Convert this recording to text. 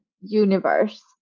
universe